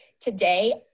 Today